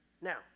Now